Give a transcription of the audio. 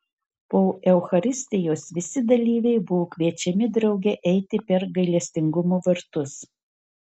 po eucharistijos visi dalyviai buvo kviečiami drauge eiti per gailestingumo vartus